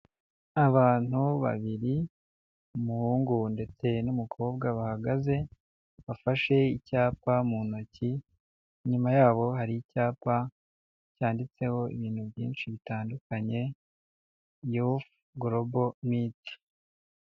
Abantu babiri umuhungu ndetse n'umukobwa bahagaze, bafashe icyapa mu ntoki, inyuma yabo hari icyapa cyanditseho ibintu byinshi bitandukanye yufu gorobo miti.